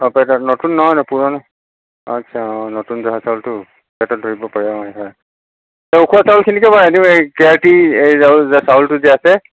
অ' পেটত নতুন নহয় পুৰণা আচ্ছা অ' নতুন জহা চাউলটো পেটত ধৰিব পাৰে হয় হয় এই উখোৱা চাউলখিনিকে বহাই দিওঁ এই কে আৰ টি এই চাউল চাউলটো যে আছে